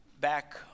back